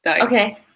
Okay